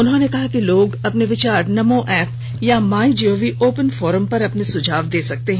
उन्होंने कहा कि लोग अपने विचार नमो ऐप या माय गॉव ओपन फोरम पर अपने सुझाव दे सकते हैं